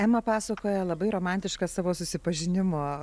ema pasakojo labai romantiško savo susipažinimo